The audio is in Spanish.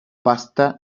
pasta